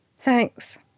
Thanks